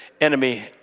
enemy